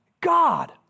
God